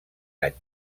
any